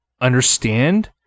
understand